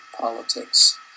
politics